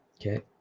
Okay